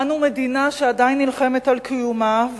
אנו מדינה שעדיין נלחמת על קיומה,